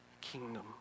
kingdom